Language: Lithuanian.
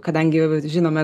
kadangi žinome